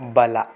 ಬಲ